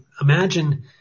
imagine